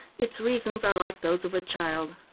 its reasons are like those of a child.